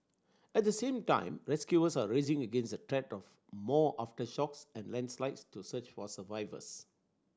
at the same time rescuers are racing against the threat of more aftershocks and landslides to search for survivors